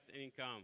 income